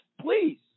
Please